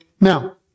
Now